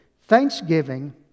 Thanksgiving